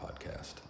podcast